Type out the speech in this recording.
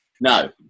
No